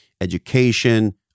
education